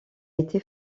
été